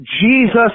Jesus